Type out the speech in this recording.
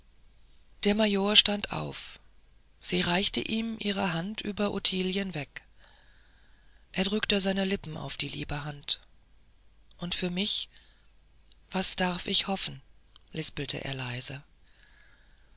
der major stand auf sie reichte ihm ihre hand über ottilien weg er drückte seine lippen auf diese liebe hand und für mich was darf ich hoffen lispelte er leise